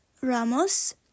Ramos